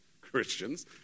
Christians